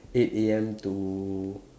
eight A_M to